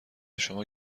شما